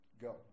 go